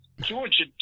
George